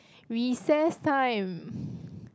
recess time